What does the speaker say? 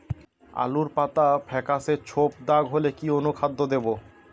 আলুর পাতা ফেকাসে ছোপদাগ হলে কি অনুখাদ্য দেবো?